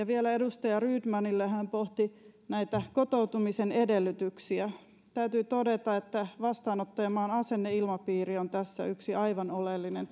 vielä edustaja rydmanille hän pohti näitä kotoutumisen edellytyksiä täytyy todeta että vastaanottajamaan asenneilmapiiri on tässä yksi aivan oleellinen